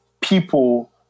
people